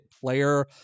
player